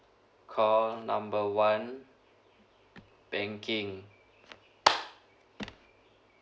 call number one banking